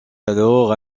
alors